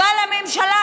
אבל הממשלה,